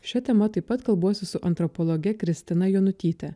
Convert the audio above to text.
šia tema taip pat kalbuosi su antropologe kristina jonutyte